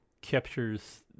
captures